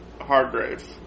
Hargrave